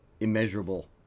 immeasurable